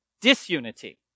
disunity